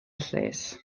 lles